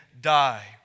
die